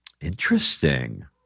Interesting